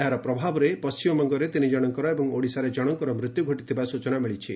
ଏହାର ପ୍ରଭାବରେ ପଣ୍ଢିମବଙ୍ଗରେ ତିନିଜଣଙ୍କର ଏବଂ ଓଡ଼ିଶାରେ ଜଣଙ୍କର ମୃତ୍ୟ ଘଟିଥିବା ସ୍ଚଚନା ମିଳିଛି